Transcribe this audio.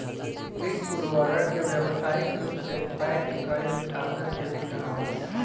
जैविक उर्वरक के व्यावसायिक रूप से पैक कईल खादर के भी कहाला